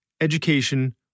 education